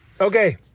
Okay